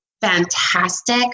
fantastic